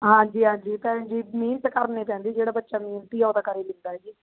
ਹਾਂਜੀ ਹਾਂਜੀ ਭੈਣ ਜੀ ਮਿਹਨਤ ਕਰਨੀ ਪੈਂਦੀ ਜਿਹੜਾ ਬੱਚਾ ਮਿਹਨਤੀ ਆ ਉਹ ਤਾਂ ਕਰ ਹੀ ਲੈਂਦਾ ਜੀ